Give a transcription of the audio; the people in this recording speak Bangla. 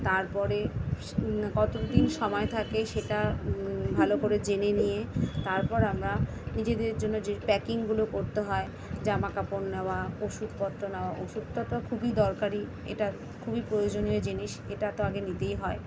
তারপরে কতদিন সময় থাকে সেটা ভালো করে জেনে নিয়ে তারপর আমরা নিজেদের জন্য যে প্যাকিংগুলো করতে হয় জামা কাপড় নেওয়া ওষুধপত্র নেওয়া ওষুধটা তো খুবই দরকারি এটা খুবই প্রয়োজনীয় জিনিস এটা তো আগে নিতেই হয়